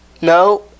No